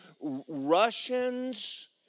Russians